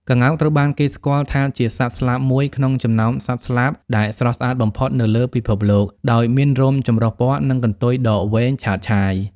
ក្ងោកត្រូវបានគេស្គាល់ថាជាសត្វស្លាបមួយក្នុងចំណោមសត្វស្លាបដែលស្រស់ស្អាតបំផុតនៅលើពិភពលោក ដោយមានរោមចម្រុះពណ៌ និងកន្ទុយដ៏វែងឆើតឆាយ។